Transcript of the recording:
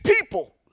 people